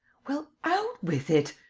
well, out with it!